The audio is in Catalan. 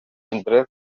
indrets